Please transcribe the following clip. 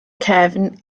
cefn